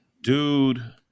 Dude